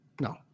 No